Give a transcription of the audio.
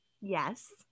yes